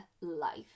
life